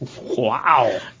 Wow